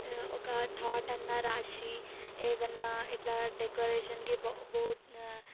ఒక థాట్ అన్న రాసి ఏదన్నా ఇట్లా డెకరేషన్కి బో బోర్డ